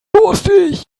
durstig